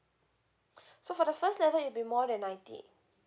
so for the first level it'll be more than ninety